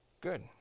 Good